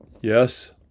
Yes